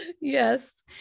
Yes